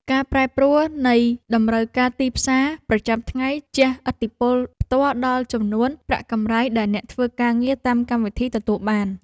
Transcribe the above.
ការប្រែប្រួលនៃតម្រូវការទីផ្សារប្រចាំថ្ងៃជះឥទ្ធិពលផ្ទាល់ដល់ចំនួនប្រាក់កម្រៃដែលអ្នកធ្វើការងារតាមកម្មវិធីទទួលបាន។